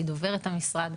דוברת המשרד,